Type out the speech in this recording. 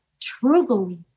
truly